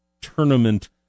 tournament